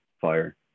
fire